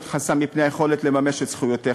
חסם בפני היכולת לממש את זכויותיך.